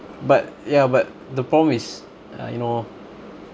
but ya but the problem is uh you know